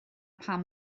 pam